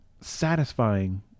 satisfying